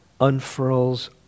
unfurls